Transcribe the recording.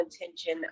intention